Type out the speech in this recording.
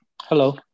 Hello